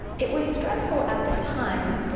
it was stressful at the time,